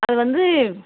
அது வந்து